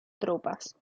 tropas